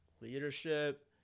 Leadership